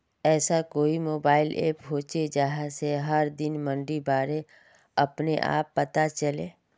ऐसा कोई mobile app होचे जहा से हर दिन मंडीर बारे अपने आप पता चले?